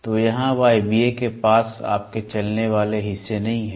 तो यहां वायवीय के पास आपके चलने वाले हिस्से नहीं हैं